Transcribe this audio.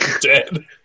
dead